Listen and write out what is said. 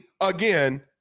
again